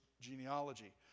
genealogy